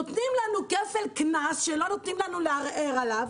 נותנים לנו כפל קנס שלא נותנים לנו לערער עליו,